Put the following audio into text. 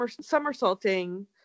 somersaulting